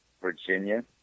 Virginia